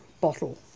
bottle